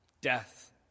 death